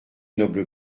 noble